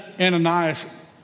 Ananias